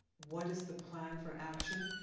what is the plan for action?